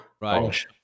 Right